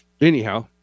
anyhow